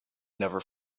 never